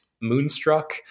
Moonstruck